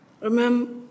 Remember